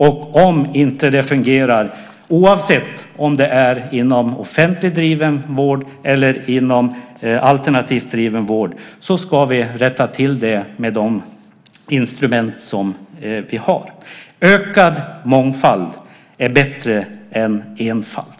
Om det inte fungerar, oavsett om det är inom offentligt driven vård eller inom alternativt driven vård, ska vi rätta till det med de instrument som vi har. Ökad mångfald är bättre än enfald.